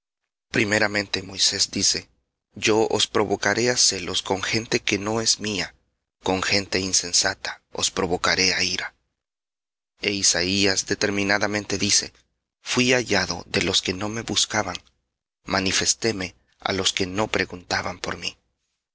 primeramente moisés dice yo os provocaré á celos con gente que no es con gente insensata os provocaré á ira e isaías determinadamente dice fuí hallado de los que no me buscaban manifestéme á los que no preguntaban por mí